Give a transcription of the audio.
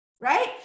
right